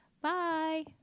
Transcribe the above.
bye